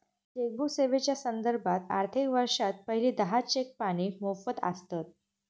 chequebook सेवेच्यो संदर्भात, आर्थिक वर्षात पहिली दहा चेक पाने मोफत आसतत